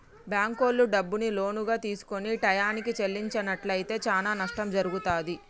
బ్యేంకుల్లో డబ్బుని లోనుగా తీసుకొని టైయ్యానికి చెల్లించనట్లయితే చానా నష్టం జరుగుతాది